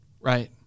Right